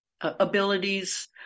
Abilities